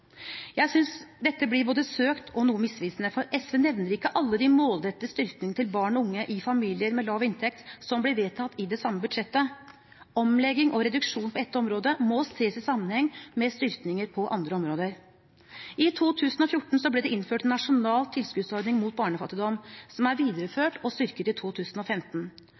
Jeg synes dette blir både søkt og noe misvisende, for SV nevner ikke alle de målrettede styrkingene til barn og unge i familier med lav inntekt som ble vedtatt i det samme budsjettet. Omlegging og reduksjon på ett område må ses i sammenheng med styrkinger på andre områder. I 2014 ble det innført en nasjonal tilskuddsordning mot barnefattigdom, som